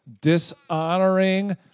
dishonoring